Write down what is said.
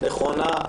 נכונה,